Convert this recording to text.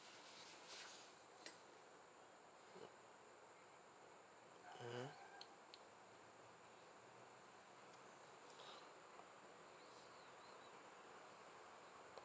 mmhmm